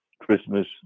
Christmas